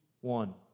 One